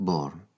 Born